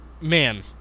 Man